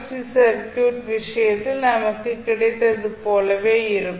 C circuit விஷயத்தில் நமக்கு கிடைத்தது போலவே இருக்கும்